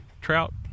trout